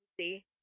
See